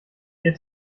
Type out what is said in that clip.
ihr